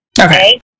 okay